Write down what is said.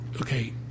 Okay